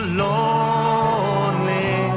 lonely